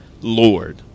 Lord